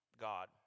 God